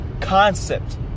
concept